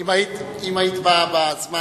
אם היית באה בזמן